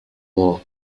war